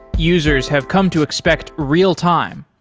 users have come to expect real-time.